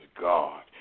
God